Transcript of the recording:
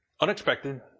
Unexpected